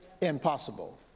impossible